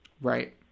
Right